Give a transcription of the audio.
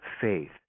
faith